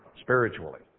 spiritually